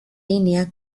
línea